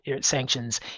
sanctions